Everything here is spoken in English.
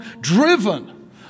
driven